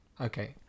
Okay